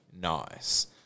nice